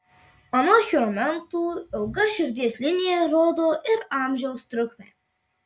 anot chiromantų ilga širdies linija rodo ir amžiaus trukmę